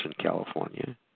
California